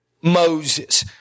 Moses